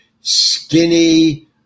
skinny